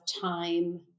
time